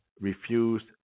refused